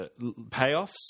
payoffs